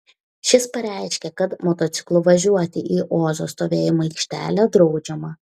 šis pareiškė kad motociklu važiuoti į ozo stovėjimo aikštelę draudžiama